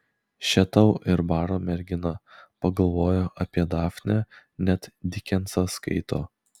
še tau ir baro mergina pagalvojo apie dafnę net dikensą skaito